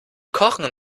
kochen